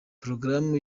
porogaramu